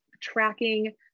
tracking